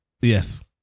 Yes